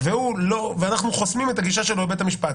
ואנחנו חוסמים את הגישה שלו לבית המשפט,